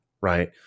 right